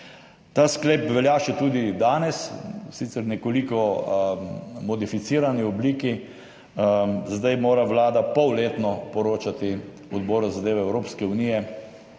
Ta sklep velja še tudi danes, sicer v nekoliko modificirani obliki, zdaj mora Vlada polletno poročati Odboru za zadeve Evropske unije